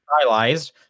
stylized